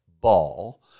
ball